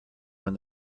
when